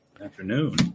Afternoon